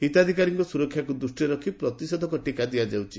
ହିତାଧିକାରୀଙ୍କ ସୁରକ୍ଷାକୁ ଦୂଷିରେ ରଖି ପ୍ରତିଷେଧକ ଟିକା ଦିଆଯାଉଛି